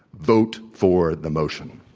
vote for the motion.